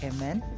Amen